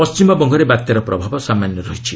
ପଣ୍ଢିମବଙ୍ଗରେ ବାତ୍ୟାର ପ୍ରଭାବ ସାମାନ୍ୟ ରହିଛି